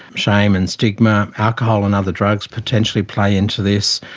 shame and stigma, alcohol and other drugs potentially play into this,